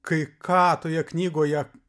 kai ką toje knygoje